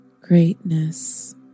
greatness